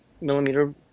millimeter